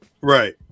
Right